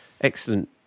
Excellent